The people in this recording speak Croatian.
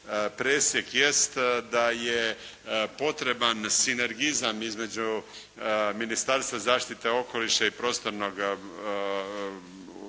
presjek jest da je potreban sinergizam između Ministarstva zaštite okoliša i prostornog uređenja